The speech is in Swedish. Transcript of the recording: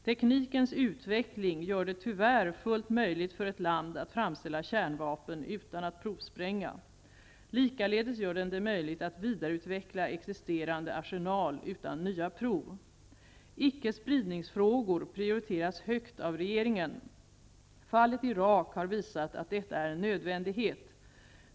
Teknikens utveckling gör att det, tyvärr, är fullt möjligt för ett land att framställa kärnvapen utan att provspränga. Likaledes gör den det möjligt att vidareutveckla existerande arsenal utan nya prov. Icke-spridningsfrågor prioriteras högt av regeringen. Fallet Irak har visat att detta är en nödvändighet.